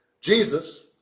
Jesus